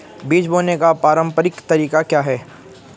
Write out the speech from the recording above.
बीज बोने का पारंपरिक तरीका क्या है?